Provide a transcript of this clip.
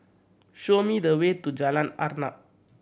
show me the way to Jalan Arnap